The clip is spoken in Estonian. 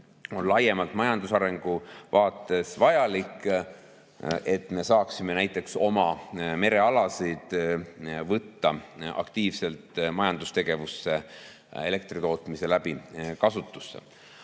on laiemalt majandusarengu seisukohast vajalik, et saaksime näiteks oma merealasid võtta aktiivselt majandustegevuses elektritootmise kaudu